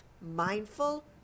mindful